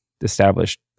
established